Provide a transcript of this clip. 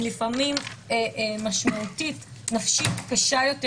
היא לפעמים משמעותית נפשית קשה יותר